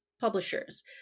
publishers